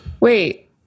Wait